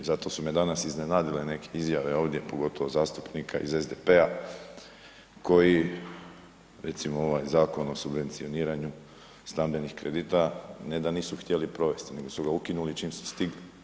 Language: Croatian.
Zato su me danas iznenadile neke izjave ovdje pogotovo zastupnika iz SDP-a koji recimo ovaj Zakon o subvencioniranju stambenih kredita, ne da nisu htjeli provesti, nego su ga ukinuli čim su stigli.